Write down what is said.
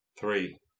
Three